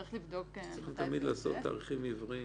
צריך לבדוק מתי זה יוצא.